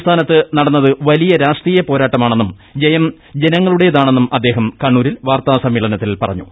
സംസ്ഥാനത്ത് നടന്നത് വലിയ രാഷ്ട്രീയ പോരാട്ടമാണെന്നും ജയം ജനങ്ങളുടേതാണെന്നും അദ്ദേഹം കണ്ണൂരിൽ വാർത്താ സമ്മേളനത്തിൽ പറഞ്ഞു